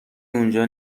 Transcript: اونجا